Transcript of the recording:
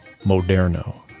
Moderno